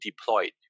deployed